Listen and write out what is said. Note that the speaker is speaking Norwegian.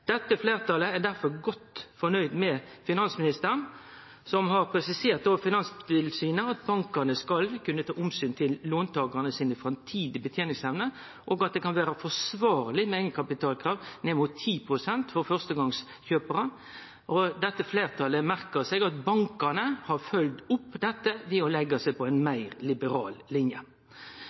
Dette fleirtalet er derfor godt nøgd med at finansministeren har presisert overfor Finanstilsynet at bankane skal kunne ta omsyn til den framtidige beteningsevna til låntakarane, og at det kan vere forsvarleg med eigenkapitalkrav ned mot 10 pst. for førstegongskjøparar. Dette fleirtalet merkar seg at bankane har følgt opp dette ved å leggje seg på ei meir liberal linje.